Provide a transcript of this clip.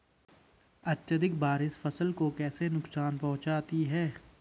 अत्यधिक बारिश फसल को कैसे नुकसान पहुंचाती है?